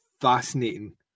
fascinating